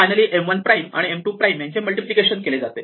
finally M1 prime आणि M2 prime यांचे multiplication केले जाते